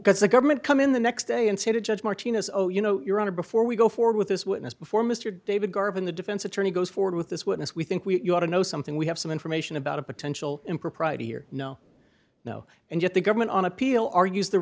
because the government come in the next day and say to judge martinez oh you know your honor before we go forward with this witness before mr david garvin the defense attorney goes forward with this witness we think we ought to know something we have some information about a potential impropriety here no no and yet the government on appeal argues the